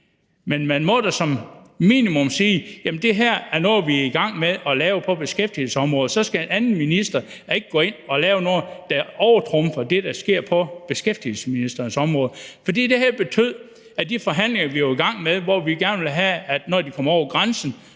men man må da som minimum sige: Jamen det her er noget, vi er i gang med at lave på beskæftigelsesområdet, og så skal en anden minister da ikke gå ind og lave noget, der overtrumfer det, der sker på beskæftigelsesministerens område. For det her betød, at de forhandlinger, vi var i gang med, hvor vi gerne ville have, at når de kom over grænsen,